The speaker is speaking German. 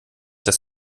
dass